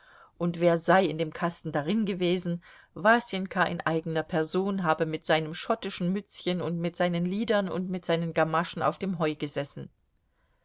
und wer sei in dem kasten darin gewesen wasenka in eigener person habe mit seinem schottischen mützchen und mit seinen liedern und mit seinen gamaschen auf dem heu gesessen